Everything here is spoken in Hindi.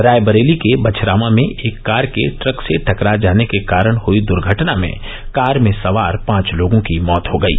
रायबरेली के बछरावा में एक कार के ट्रक से टकरा जार्ने के कारण हुयी दुर्घटना में कार में सवार पांच लोगों की मौत हो गयी